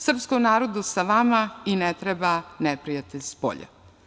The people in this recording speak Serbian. Srpskom narodu sa vama i ne treba neprijatelj spolja.